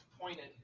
pointed